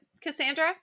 Cassandra